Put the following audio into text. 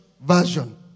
version